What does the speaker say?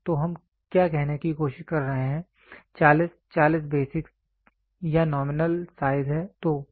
तो हम क्या कहने की कोशिश कर रहे हैं 40 40 बेसिक या नॉमिनल साइज है